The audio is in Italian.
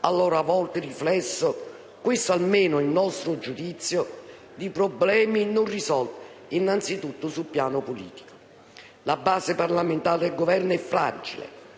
a loro volta riflesso - questo almeno il nostro giudizio - di problemi non risolti innanzitutto sul piano politico. La base parlamentare del Governo è fragile.